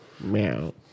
Meow